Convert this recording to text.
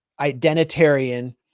identitarian